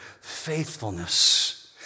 faithfulness